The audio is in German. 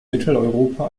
mitteleuropa